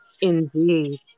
indeed